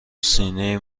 سینه